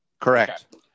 Correct